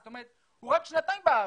זאת אומרת הוא רק שנתיים בארץ,